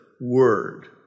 word